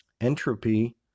entropy